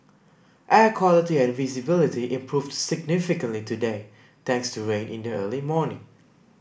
air quality and visibility improved significantly today thanks to rain in the early morning